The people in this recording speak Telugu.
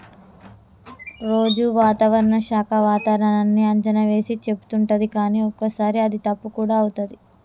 రోజు వాతావరణ శాఖ వాతావరణన్నీ అంచనా వేసి చెపుతుంటది కానీ ఒక్కోసారి అది తప్పు కూడా అవుతది